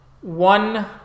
one